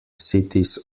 cities